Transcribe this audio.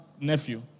nephew